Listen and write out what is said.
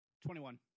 Twenty-one